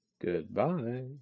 Goodbye